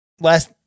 last